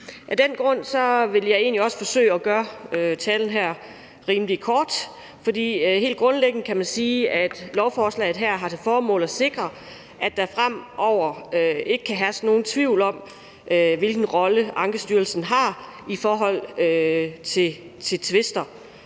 af den grund vil jeg egentlig også forsøge at gøre talen her rimelig kort. For helt grundlæggende kan man sige, at lovforslaget her har til formål at sikre, at der fremover ikke kan herske nogen tvivl om, hvilken rolle Ankestyrelsen har i forhold til tvister.